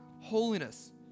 holiness